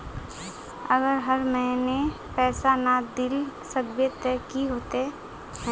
अगर हर महीने पैसा ना देल सकबे ते की होते है?